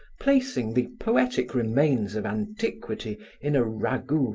placing the poetic remains of antiquity in a ragout,